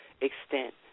extent